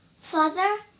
Father